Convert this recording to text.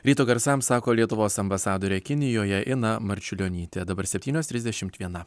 ryto garsams sako lietuvos ambasadorė kinijoje ina marčiulionytė dabar septynios trisdešimt viena